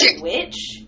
witch